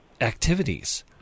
activities